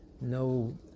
no